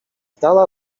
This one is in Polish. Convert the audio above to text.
dala